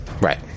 Right